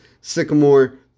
Sycamore